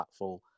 impactful